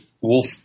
Wolf